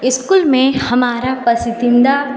school में हमारा पसंदीदा